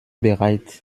bereit